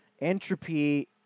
entropy